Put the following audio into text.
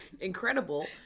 incredible